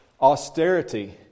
austerity